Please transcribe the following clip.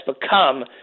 become